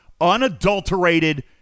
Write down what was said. unadulterated